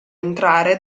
entrare